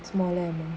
smaller mm